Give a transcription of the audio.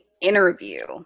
interview